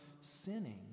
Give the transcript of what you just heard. sinning